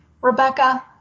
Rebecca